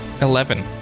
Eleven